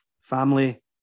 family